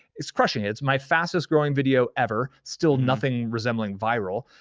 it's crushing it. it's my fastest growing video ever, still nothing resembling viral.